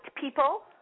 people